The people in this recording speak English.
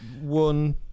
one